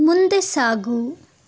ಮುಂದೆ ಸಾಗು